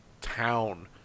town